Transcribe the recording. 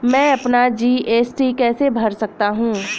मैं अपना जी.एस.टी कैसे भर सकता हूँ?